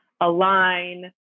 align